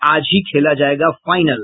आज ही खेला जायेगा फाइनल